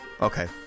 Okay